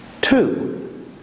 Two